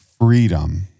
freedom